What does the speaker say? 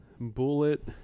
Bullet